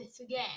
again